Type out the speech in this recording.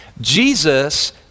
Jesus